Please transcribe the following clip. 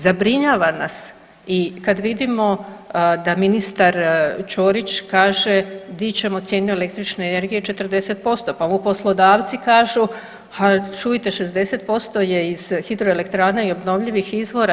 Zabrinjava nas i kad vidimo da ministar Ćorić kaže dići ćemo cijenu električne energije 40%, pa mu poslodavci kažu a čujte 60% je iz hidro elektrane obnovljivih izvora.